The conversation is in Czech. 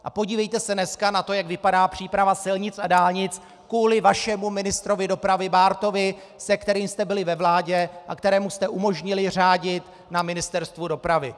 A podívejte se dneska na to, jak vypadá příprava silnic a dálnic kvůli vašemu ministru dopravy Bártovi, se kterým jste byli ve vládě a kterému jste umožnili řádit na Ministerstvu dopravy.